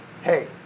hey